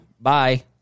Bye